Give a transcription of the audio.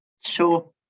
sure